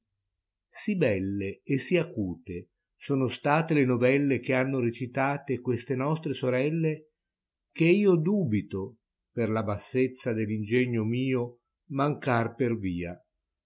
sì belle e sì acute sono state le novelle che hanno recitate queste nostre sorelle che io dubito per la bassezza dell ingegno mio mancar per via